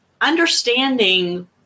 understanding